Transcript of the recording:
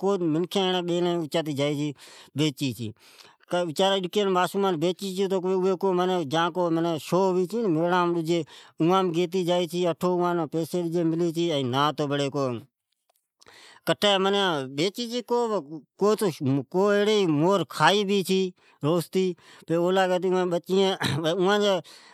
کوایڑی منکھین بھلی ھی جکو مور اچاتے بیچی چھی این شو ہئی چھی میڑام ڈجام اٹھو گیتے جائی چھے۔ اٹھو اوان پیسی ڈجی ملی چھی ۔ کو تو بیچی چھی این کو تو ایری ھی جکو مور کھائی چھے۔ روستی پچھی اولی کرتی اوان جی بچی